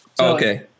Okay